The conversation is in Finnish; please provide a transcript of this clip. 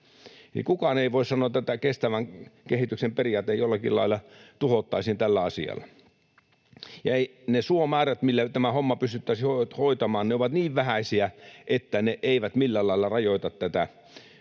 kukaan voi sanoa, että kestävän kehityksen periaate jollakin lailla tuhottaisiin tällä asialla. Ja ne suomäärät, millä tämä homma pystyttäisiin hoitamaan, ovat niin vähäisiä, että ne eivät millään lailla rajoita tätä vihreän